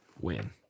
win